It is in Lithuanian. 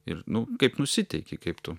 ir nu kaip nusiteiki kaip tu